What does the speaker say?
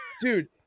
Dude